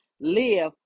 live